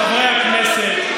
חברי הכנסת,